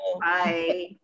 Bye